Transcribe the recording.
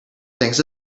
things